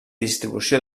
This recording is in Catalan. distribució